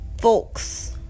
Folks